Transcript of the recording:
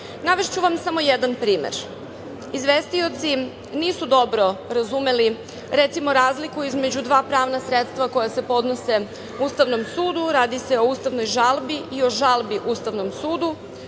Navešću vam samo jedan primer. Izvestioci nisu dobro razumeli, recimo, razliku između dva pravna sredstva koja se podnose Ustavnom sudu. Radi se o ustavnoj žalbi i o žalbi Ustavnom sudu.